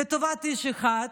זה לטובת איש אחד,